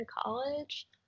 college